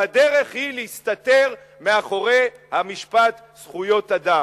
והדרך היא להסתתר מאחורי המשפט "זכויות אדם",